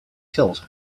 killed